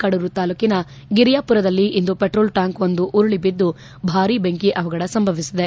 ಕಡೂರು ತಾಲ್ಲೂಕಿನ ಗಿರಿಯಾಪುರದಲ್ಲಿ ಇಂದು ಪೆಟ್ರೋಲ್ ಟ್ಲಾಂಕರ್ವೊಂದು ಉರುಳಿ ಬಿದ್ದು ಭಾರಿ ಬೆಂಕಿ ಅವಘಡ ಸಂಭವಿಸಿದೆ